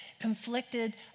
conflicted